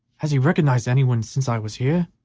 has he recognized any one since i was here?